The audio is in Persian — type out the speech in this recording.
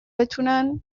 بتونن